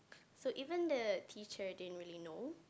so even the teacher didn't really know